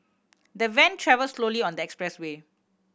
the van travelled slowly on the expressway